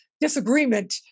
disagreement